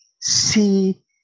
see